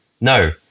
No